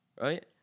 right